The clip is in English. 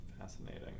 Fascinating